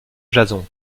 jason